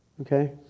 Okay